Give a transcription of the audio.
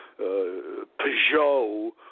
Peugeot